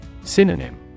Synonym